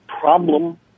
problem